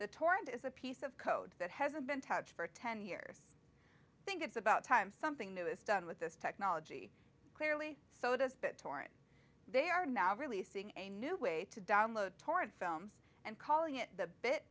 the torrent is a piece of code that hasn't been touched for ten years i think it's about time something new is done with this technology clearly so does bit torrent they are now releasing a new way to download torrent films and calling it the bit